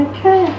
Okay